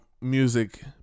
music